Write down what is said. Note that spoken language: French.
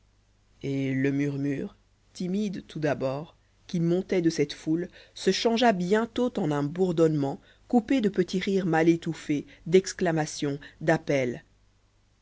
et le murmure timide tout d'abord qui montait de cette foule se changea bientôt en un bourdonnement coupé de petits rires mal étouffés d'exclamations d'appels